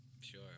Sure